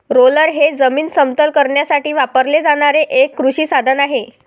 roller हे जमीन समतल करण्यासाठी वापरले जाणारे एक कृषी साधन आहे